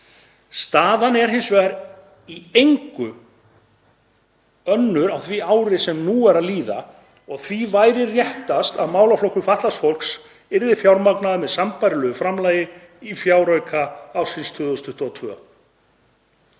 Staðan er í engu önnur á því ári sem nú er að líða og því væri réttast að málaflokkur fatlaðs fólks yrði fjármagnaður með sambærilegu framlagi í fjárauka ársins 2022.